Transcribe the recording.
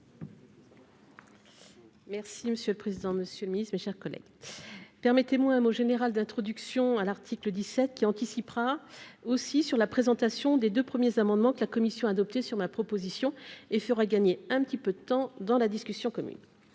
Merci monsieur le président, Monsieur le Ministre, mes chers collègues permettez-moi un mot général d'introduction à l'article 17 qui anticipe aussi sur la présentation des 2 premiers amendements que la commission adoptée sur ma proposition et fera gagner un petit peu de temps dans la discussion commune